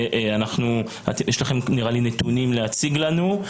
יש לכם נתונים להציג לנו.